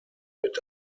mit